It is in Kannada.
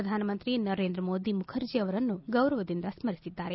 ಪ್ರಧಾನಮಂತ್ರಿ ನರೇಂದ್ರಮೋದಿ ಮುಖರ್ಜಿ ಅವರನ್ನು ಗೌರವದಿಂದ ಸ್ಮರಿಸಿದ್ದಾರೆ